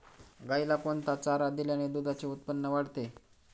गाईला कोणता चारा दिल्याने दुधाचे उत्पन्न वाढते?